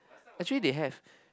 actually they have